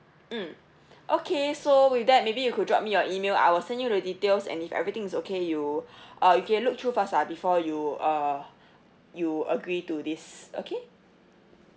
mm okay so with that maybe you could drop me your email I will send you the details and if everything is okay you uh you can look through first ah before you uh you agree to this okay